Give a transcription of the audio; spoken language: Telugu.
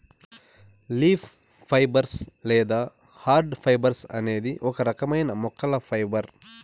లీఫ్ ఫైబర్స్ లేదా హార్డ్ ఫైబర్స్ అనేది ఒక రకమైన మొక్కల ఫైబర్